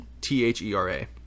T-H-E-R-A